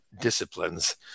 disciplines